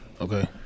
okay